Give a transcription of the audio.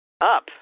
up